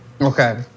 Okay